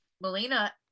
Melina